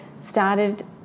started